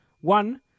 One